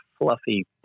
fluffy